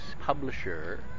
publisher